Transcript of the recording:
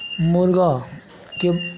मुर्गाके